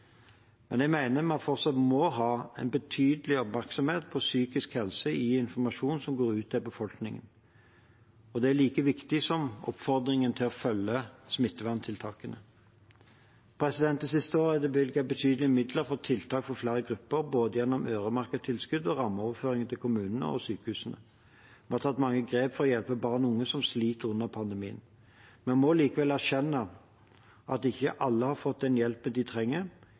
Men jeg mener vi fortsatt må ha en betydelig oppmerksomhet på psykisk helse i informasjon som går ut til befolkningen. Det er like viktig som oppfordringen til å følge smitteverntiltakene. Det siste året er det bevilget betydelige midler til tiltak for flere grupper, både gjennom øremerkede tilskudd og rammeoverføringer til kommunene og sykehusene. Vi har tatt mange grep for å hjelpe barn og unge som sliter under pandemien. Vi må likevel erkjenne at ikke alle har fått den hjelpen de trenger